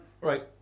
Right